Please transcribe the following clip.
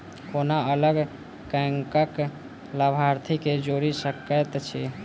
कोना अलग बैंकक लाभार्थी केँ जोड़ी सकैत छी?